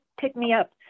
pick-me-up